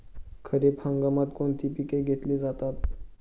खरीप हंगामात कोणती पिके घेतली जातात?